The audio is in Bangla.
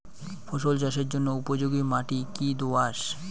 ফসল চাষের জন্য উপযোগি মাটি কী দোআঁশ?